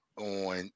on